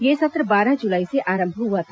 यह सत्र बारह जुलाई से आरंभ हुआ था